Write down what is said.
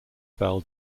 fell